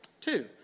two